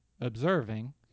observing